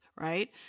right